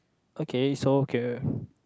okay it's all clear